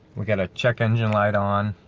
we got a check engine light on